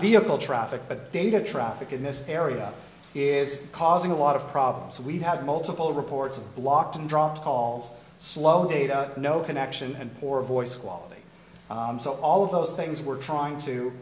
vehicle traffic but data traffic in this area is causing a lot of problems we have multiple reports of blocked and dropped calls slow data no connection and poor voice quality so all of those things we're trying to